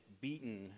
beaten